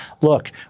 look